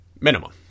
minimum